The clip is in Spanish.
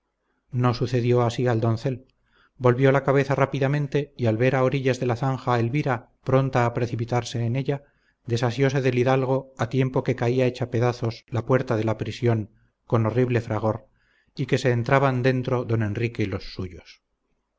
no sucedió así al doncel volvió la cabeza rápidamente y al ver a orillas de la zanja a elvira pronta a precipitarse en ella desasióse del hidalgo a tiempo que caía hecha pedazos la puerta de la prisión con horrible fragor y que se entraban dentro don enrique y los suyos